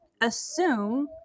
assume